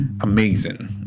amazing